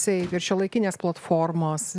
taip ir šiuolaikinės platformos